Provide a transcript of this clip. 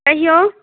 कहियौ